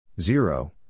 Zero